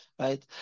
Right